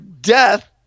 death